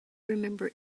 remember